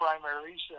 primaries